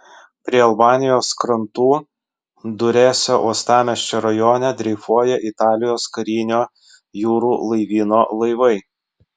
prie albanijos krantų duresio uostamiesčio rajone dreifuoja italijos karinio jūrų laivyno laivai